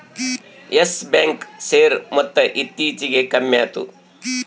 Yes Bank share ಮೊತ್ತ ಇತ್ತೀಚಿಗೆ ಕಮ್ಮ್ಯಾತು